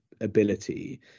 ability